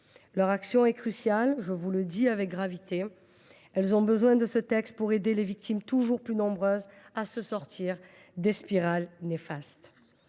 Leur action est cruciale. Je l’affirme avec gravité : elles ont besoin de ce texte pour aider les victimes toujours plus nombreuses à sortir des spirales néfastes.